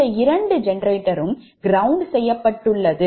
இந்த இரண்டு ஜெனரேட்டரும் ground செய்யப்பட்டுள்ளது